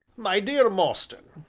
my dear mostyn,